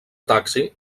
taxi